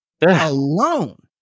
alone